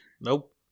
Nope